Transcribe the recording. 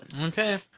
Okay